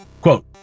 Quote